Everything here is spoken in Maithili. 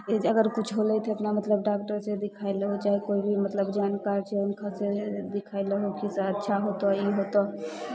एहिजा अगर किछु होलै तऽ अपना मतलब डाकडरसँ देखाए लैके चाही चाहे कोइ भी जानकार छै उनकासँ दिखाए लहो की से अच्छा होतौ ई होतौ